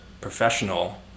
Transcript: professional